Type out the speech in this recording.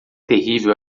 terrível